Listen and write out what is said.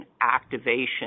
activation